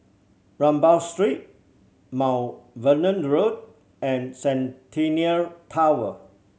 Rambau Street Mount Vernon Road and Centennial Tower